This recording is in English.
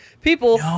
people